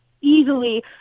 easily